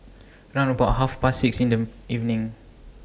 round about Half Past six in The evening